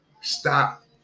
stop